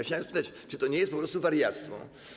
Chciałem spytać: Czy to nie jest po prostu wariactwo?